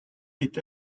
est